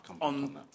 on